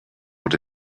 what